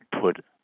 put